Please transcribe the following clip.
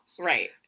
Right